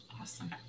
Awesome